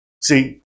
See